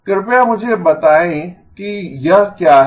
कृपया मुझे बताएं कि यह क्या है